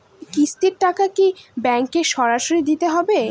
কিস্তির টাকা কি ব্যাঙ্কে সরাসরি দিতে হবে?